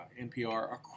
NPR